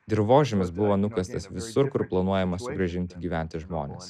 dirvožemis buvo nukastas visur kur planuojama sugrąžinti gyventi žmones